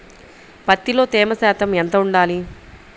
పత్తిలో తేమ శాతం ఎంత ఉండాలి?